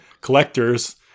collectors